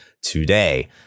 today